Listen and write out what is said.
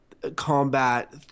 combat